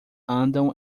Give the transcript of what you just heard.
andam